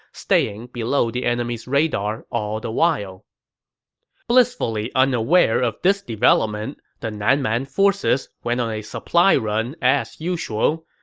staying below the enemy's radar all the while blissfully unaware of this development, the nan man forces went on a supply run as usual.